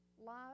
Love